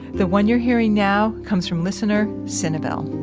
the one you're hearing now comes from listener, so cynabel